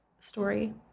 story